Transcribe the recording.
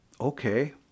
okay